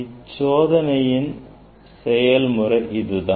இச்சோதனையின் செயல்முறை இதுதான்